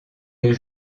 les